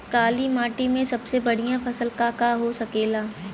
काली माटी में सबसे बढ़िया फसल का का हो सकेला?